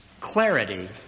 clarity